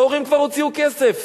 ההורים כבר הוציאו כסף,